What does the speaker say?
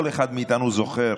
כל אחד מאיתנו זוכר